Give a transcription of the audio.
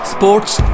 Sports